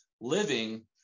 living